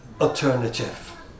alternative